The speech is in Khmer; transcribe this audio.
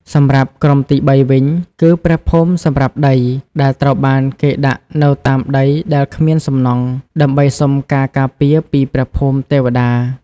សម្រាប់ក្រុមទីបីវិញគឺ ព្រះភូមិសម្រាប់ដី ដែលត្រូវបានគេដាក់នៅតាមដីដែលគ្មានសំណង់ ដើម្បីសុំការការពារពីព្រះភូមិទេវតា។